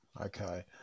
Okay